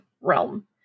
realm